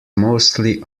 mostly